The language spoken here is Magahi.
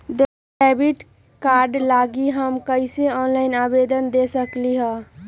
डेबिट कार्ड लागी हम कईसे ऑनलाइन आवेदन दे सकलि ह?